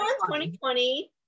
2020